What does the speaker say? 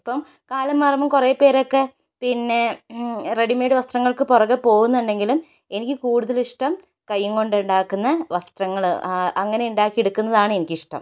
ഇപ്പം കാലം മാറുമ്പം കുറെ പേരൊക്കെ പിന്നെ റെഡിമേഡ് വസ്ത്രങ്ങൾക്ക് പുറകെ പോവുന്നുണ്ടെങ്കിലും എനിക്ക് കൂടുതലിഷ്ടം കയ്യും കൊണ്ടുണ്ടാക്കുന്ന വസ്ത്രങ്ങള് അങ്ങനെ ഉണ്ടാക്കി എടുക്കുന്നതാണ് എനിക്കിഷ്ടം